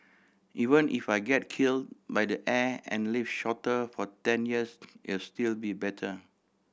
even if I get killed by the air and live shorter for ten years it'll still be better